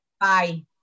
Bye